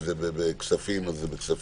אם זה כספים אז בכספים,